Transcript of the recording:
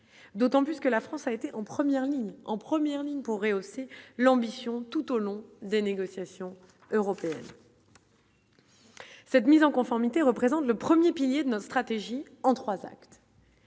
d'autant plus que la France a été en première ligne en première ligne pour rehausser l'ambition tout au long des négociations européennes. Cette mise en conformité, représente le 1er pilier de notre stratégie en 3 actes.